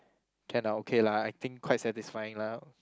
can lah okay lah I think quite satisfying lah